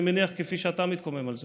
אני מניח שכפי שאתה מתקומם על זה.